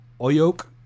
Oyok